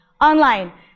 online